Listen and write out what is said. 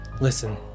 listen